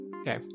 okay